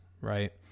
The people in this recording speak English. right